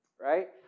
right